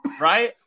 right